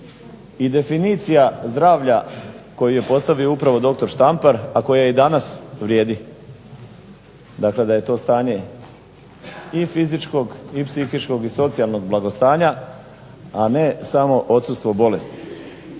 i definicija zdravlja koju je postavio upravo dr. Štampar a koja i danas vrijedi, da je to stanje i fizičkog i psihičkog i socijalnog blagostanja, a ne samo odsustvo bolesti.